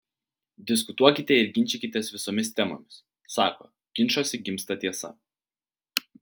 diskutuokite ir ginčykitės visomis temomis sako ginčuose gimsta tiesa